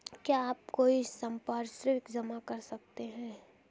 क्या आप कोई संपार्श्विक जमा कर सकते हैं?